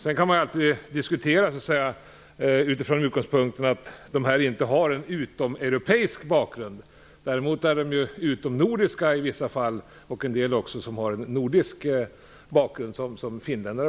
Man kan alltid diskutera detta från utgångspunkten att de här personerna inte har utomeuropeisk bakgrund. Men i vissa fall är de utomnordiska. En del av dem har nordisk bakgrund, t.ex. finländare.